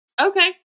Okay